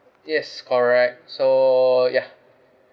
yes correct so ya